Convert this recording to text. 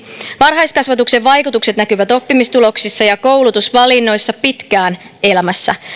varhaiskasvatuksen vaikutukset näkyvät oppimistuloksissa ja koulutusvalinnoissa pitkään elämässä